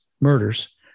murders